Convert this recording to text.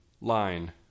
Line